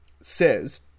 says